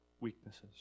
weaknesses